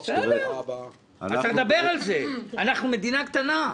אנחנו מדינה קטנה,